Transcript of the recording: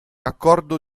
accordo